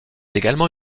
également